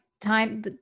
time